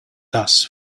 thus